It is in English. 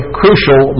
crucial